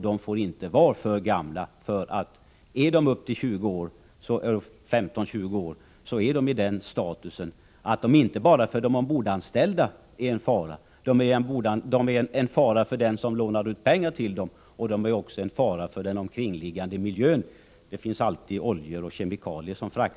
De får inte vara för gamla, och om de är 15-20 år, har de en sådan status att de kan vara en fara inte bara för de ombordanställda utan också för den som lånar ut pengar. De kan också vara en fara för den omgivande miljön — på fartygen fraktas olika oljor och kemikalier.